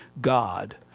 God